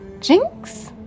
Jinx